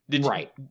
Right